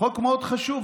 חוק מאוד חשוב.